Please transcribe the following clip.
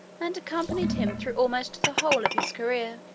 and accompanied him through almost the whole of his career.